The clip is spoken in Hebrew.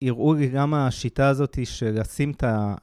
יראו לי גם השיטה הזאתי של לשים את ה...